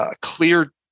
clear